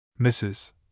Mrs